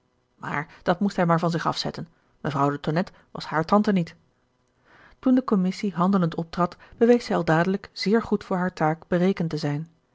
maar dat moest hij maar van zich afzetten mevrouw de tonnette was hare tante niet gerard keller het testament van mevrouw de tonnette toen de commissie handelend optrad bewees zij al dadelijk zeer goed voor hare taak berekend te zijn